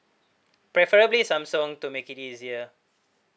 preferably samsung to make it easier